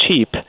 cheap